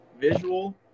visual